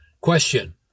Question